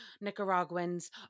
Nicaraguans